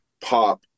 pop